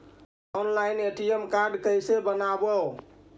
Online ATM card कैसे बनाबौ?